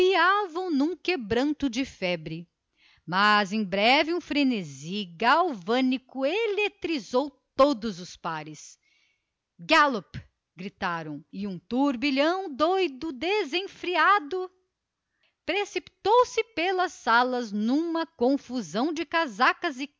num quebranto de febre em breve porém um frenesi galvânico eletrizou todos os pares galop gritaram e um turbilhão doido desenfreado precipitou-se pelas salas percorrendo as aos saltos numa confusão de casacas